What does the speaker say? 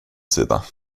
sida